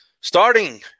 Starting